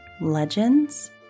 legends